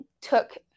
took